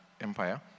Empire